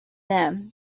them